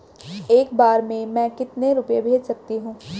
एक बार में मैं कितने रुपये भेज सकती हूँ?